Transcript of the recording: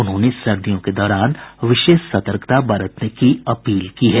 उन्होंने सर्दियों के दौरान विशेष सतर्कता बरतने की अपील की है